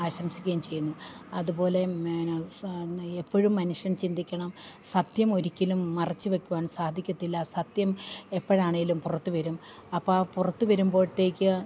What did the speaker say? ആശംസിക്കുകയും ചെയ്യുന്നു അതുപോലെ എപ്പഴും മനുഷ്യൻ ചിന്തിക്കണം സത്യം ഒരിക്കലും മറച്ചു വെക്കുവാൻ സാധിക്കത്തില്ല സത്യം എപ്പഴാണേലും പുറത്ത് വരും അപ്പം ആ പുറത്ത് വരുമ്പോഴത്തേക്ക്